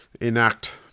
enact